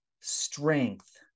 strength